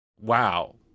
Wow